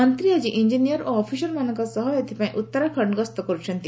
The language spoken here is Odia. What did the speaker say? ମନ୍ତ୍ରୀ ଆଜି ଇଂଜିନିୟର ଓ ଅଫିସରମାନଙ୍କ ସହ ଏଥିପାଇଁ ଉତ୍ତରାଖଣ୍ଡ ଗସ୍ତ କରୁଛନ୍ତି